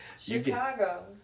Chicago